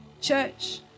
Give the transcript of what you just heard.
Church